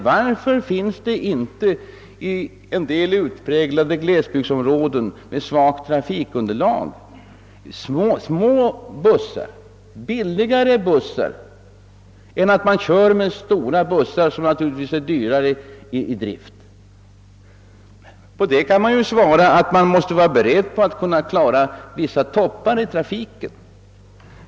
Varför finns det inte i en del utpräglade glesbygdsområden med svagt trafikunderlag små, billigare bussar? Man kör med stora bussar, som naturligtvis är dyrare i drift. På det kan man ju svara att man måste vara beredd på att kunna klara vissa toppar i trafiken.